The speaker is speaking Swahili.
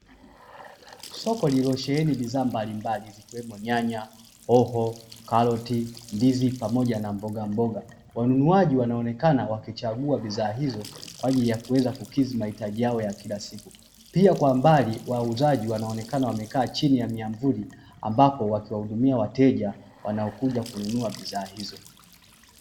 Soko lililosheheni bidhaa mbalimbali zikiwemo nyanya, hoho, karoti, ndizi pamoja na mboga mboga, wanunuaji wanaonekana wakichagua bidhaa hizo kwaajili ya kuweza kukidhi mahitaji yao ya kila siku, pia kwa mbali wauzaji wanaonekana wamekaa chini ya myamvuli ambapo wakiwahudumia wateja wanaokuja kununua bidhaa hizo.